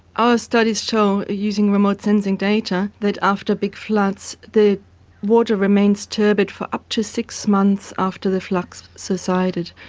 our studies show using remote sensing data that after big floods the water remains turbid for up to six months after the flood has subsided,